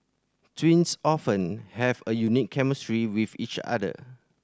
twins often have a unique chemistry with each other